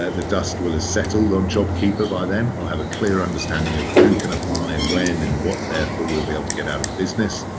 the dust will have settle on jobkeeper by then. i'll have a clear understanding of who can apply and when, and what therefore we'll be able get out of the business.